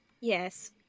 Yes